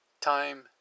Time